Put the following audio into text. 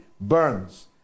burns